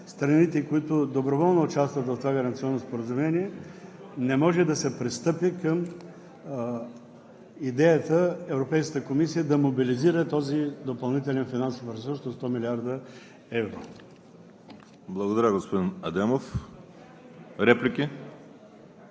страните, които доброволно участват в това гаранционно споразумение, не може да се пристъпи към идеята Европейската комисия да мобилизира този допълнителен финансов ресурс от 100 млрд. евро. ПРЕДСЕДАТЕЛ ВАЛЕРИ СИМЕОНОВ: Благодаря, господин Адемов. Реплики?